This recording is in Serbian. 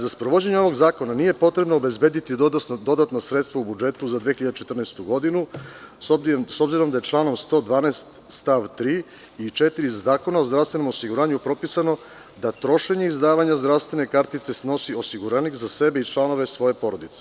Za sprovođenje ovog zakona nije potrebno obezbediti dodatna sredstva u budžetu za 2014. godinu, s obzirom da je članom 112. stav 3. i 4. Zakona o zdravstvenom obrazovanju propisano da trošenje izdavanja zdravstvene kartice snosi osiguranik za sebe i članove svoje porodice.